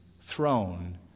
throne